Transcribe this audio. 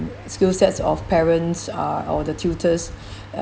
skill sets of parents uh or the tutors